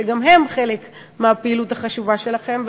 שגם הם חלק מהפעילות החשובה שלכם,